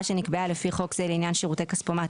שנקבעה לפי חוק זה לעניין שירותי כספומט,